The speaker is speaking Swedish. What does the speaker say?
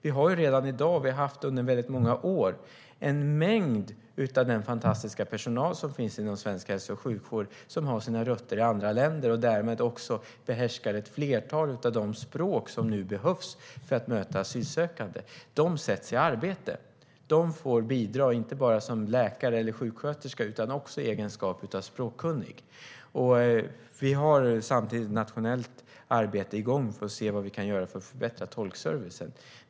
Vi har ju redan i dag, och har haft under väldigt många år, i den fantastiska personal som finns inom svensk hälso och sjukvård ett stort antal människor som har sina rötter i andra länder och därmed också behärskar ett flertal av de språk som nu behövs för att möta asylsökande. Dessa sätts i arbete. De får bidra inte bara som läkare eller sjuksköterska utan också i egenskap av språkkunnig. Vi har samtidigt ett nationellt arbete igång för att se vad vi kan göra för att förbättra tolkservicen.